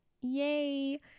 Yay